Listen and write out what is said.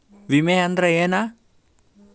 ವಿಮೆ ಅಂದ್ರೆ ಏನ?